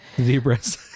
Zebras